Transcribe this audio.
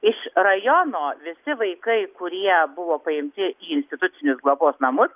iš rajono visi vaikai kurie buvo paimti į institucinius globos namus